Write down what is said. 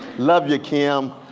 love you kim.